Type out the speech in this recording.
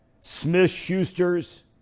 Smith-Schuster's